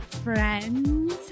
Friends